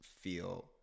feel